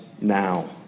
now